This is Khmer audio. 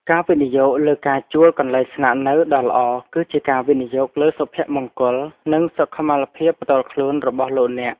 ការវិនិយោគលើការជួលកន្លែងស្នាក់នៅដ៏ល្អគឺជាការវិនិយោគលើសុភមង្គលនិងសុខុមាលភាពផ្ទាល់ខ្លួនរបស់លោកអ្នក។